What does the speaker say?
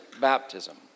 baptism